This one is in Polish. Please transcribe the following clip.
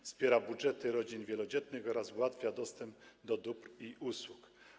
Wspiera budżety rodzin wielodzietnych oraz ułatwia dostęp do dóbr i usług.